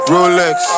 Rolex